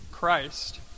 Christ